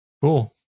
Cool